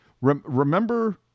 Remember